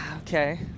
okay